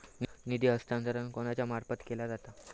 निधी हस्तांतरण कोणाच्या मार्फत केला जाता?